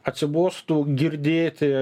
atsibostų girdėti